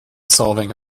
solving